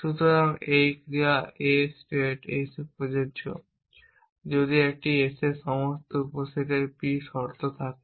সুতরাং একটি ক্রিয়া A স্টেট s এ প্রযোজ্য যদি একটি s এর সমস্ত উপসেটের p শর্ত থাকে